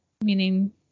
meaning